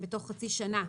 בתוך חצי שנה,